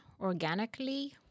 organically